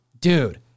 Dude